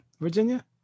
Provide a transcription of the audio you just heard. Virginia